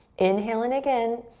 inhale in again.